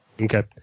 Okay